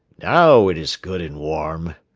now it is good and warm!